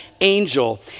angel